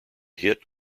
hit